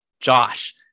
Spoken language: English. josh